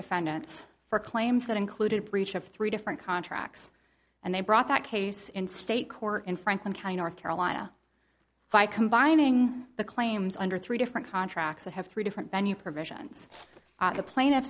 defendants for claims that included breach of three different contracts and they brought that case in state court in franklin county north carolina by combining the claims under three different contracts that have three different venue provisions the pla